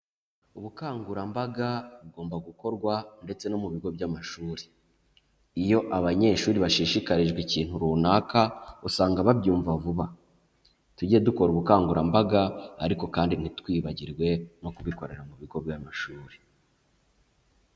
Ubukangurambaga bugomba gukorwa ndetse no mu bigo by'amashuri. Iyo abanyeshuri bashishikarijwe ikintu runaka, usanga babyumva vuba. Tujye dukora ubukangurambaga, ariko kandi ntitwibagirwe no kubikorera mu bigo by'amashuri.